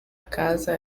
casa